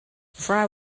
fry